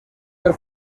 per